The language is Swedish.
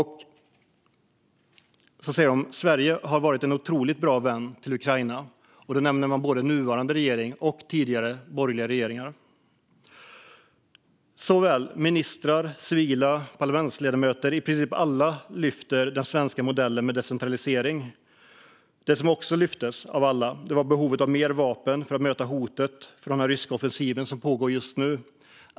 De säger att Sverige har varit en otroligt bra vän till Ukraina, och de nämner både nuvarande regering och tidigare borgerliga regeringar. Såväl ministrar och civila som parlamentsledamöter - i princip alla - lyfte fram den svenska modellen med decentralisering. Det som också lyftes fram av alla var behovet av mer vapen för att möta hotet från den ryska offensiv som pågår just nu.